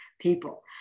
people